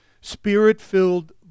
Spirit-filled